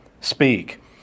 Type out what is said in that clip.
speak